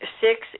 Six